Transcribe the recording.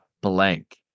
blank